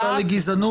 הסתה לגזענות,